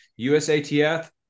USATF